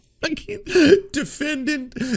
Defendant